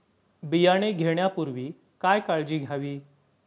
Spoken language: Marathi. बियाणे घेण्यापूर्वी काय काळजी घ्यावी?